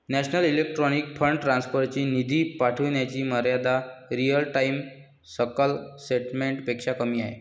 national electronic fund transfer ची निधी पाठविण्याची मर्यादा रिअल टाइम सकल सेटलमेंट पेक्षा कमी आहे